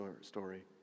story